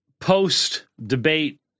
post-debate